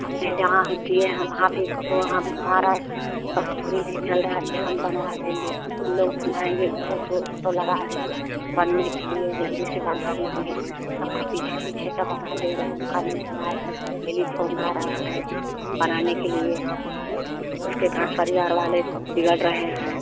हमने जहाँ हम दिए हैं वहाँ भी तो हमारा बस थोड़ी नहीं चल रहा है कि हम बनवा देंगे लोग बनाएंगे पूरा सोर्स तो लगा रहे बनने के लिए जल्दी से बना दीजिए सब का पीछे पीछे का बना दे रहे हो उनका नही बनाए डेली फोन आ रहा है बनाने के लिए उसके घर परिवार वाले बिगड़ रहे हैं